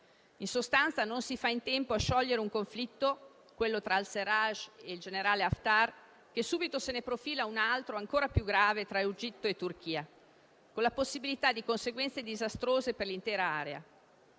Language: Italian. In sostanza, non si fa in tempo a sciogliere un conflitto quello tra il al-Serraj e il generale Haftar, che subito se ne profila un altro, ancora più grave, tra Egitto e Turchia, con la possibilità di conseguenze disastrose per l'intera area.